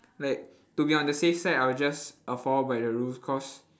like to be on the safe side I will just I'll follow by the rules cause